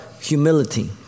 humility